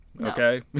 Okay